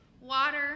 water